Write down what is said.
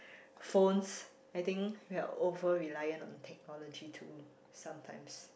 phones I think we are over reliant on technology too sometimes